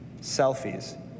Selfies